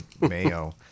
mayo